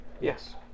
Yes